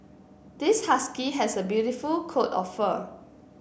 this husky has a beautiful coat of fur